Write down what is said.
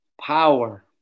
power